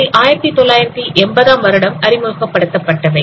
அவை 1980 ஆம் வருடம் அறிமுகப்படுத்தப்பட்டவை